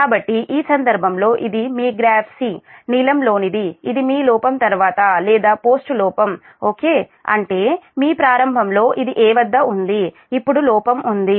కాబట్టి ఈ సందర్భంలో ఇది మీ గ్రాఫ్ 'c' నీలం లోనిది ఇది మీ లోపం తర్వాత లేదా పోస్ట్ లోపం ఓకే అంటే మీ ప్రారంభంలో ఇది 'a' వద్ద ఉంది ఇప్పుడు లోపం ఉంది